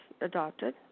adopted